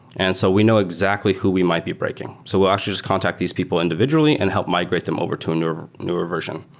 and so we know exactly who we might be breaking. so we'll actually just contact these people individually and help migrate them over to and a newer version.